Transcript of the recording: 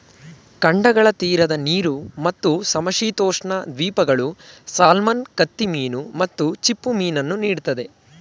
ಖಂಡಗಳ ತೀರದ ನೀರು ಮತ್ತು ಸಮಶೀತೋಷ್ಣ ದ್ವೀಪಗಳು ಸಾಲ್ಮನ್ ಕತ್ತಿಮೀನು ಮತ್ತು ಚಿಪ್ಪುಮೀನನ್ನು ನೀಡ್ತದೆ